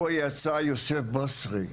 בו יצא יוסף בוסרי וסאלח,